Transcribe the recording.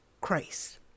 Christ